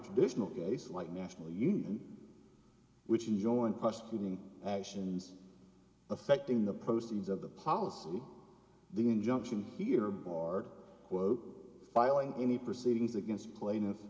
traditional case like national union which he joined prosecuting actions affecting the proceeds of the policy the injunction here barred quote filing any proceedings against plain